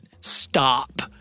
stop